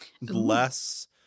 less